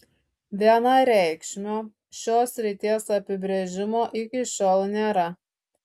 vienareikšmio šios srities apibrėžimo iki šiol nėra